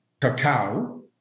cacao